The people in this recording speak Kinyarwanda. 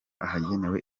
ahagenewe